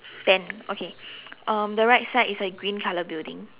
ten okay um the right side is a green color building